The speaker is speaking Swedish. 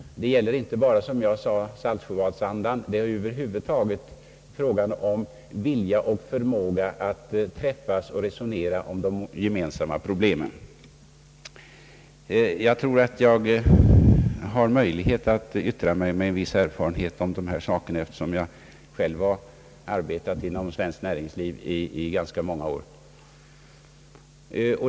Det gäller inte bara, som jag sade, salt sjöbadsandan, det är över huvud taget fråga om vilja och förmåga att träffas och resonera om de gemensamma problemen. Jag tror att jag har möjlighet att yttra mig med viss erfarenhet om dessa saker, eftersom jag själv har arbetat inom svenskt näringsliv ganska många år.